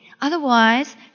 Otherwise